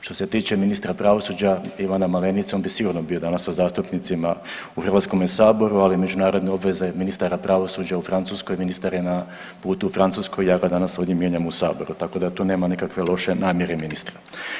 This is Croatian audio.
Što se tiče ministra pravosuđa Ivana Malenice on bi sigurno bio danas sa zastupnicima u Hrvatskome saboru ali međunarodne obveze ministara pravosuđa u Francuskoj, ministar je na putu u Francusku i ja ga danas ovdje mijenjam u saboru tako da tu nema nikakve loše namjere ministra.